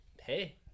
hey